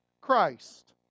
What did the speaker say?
Christ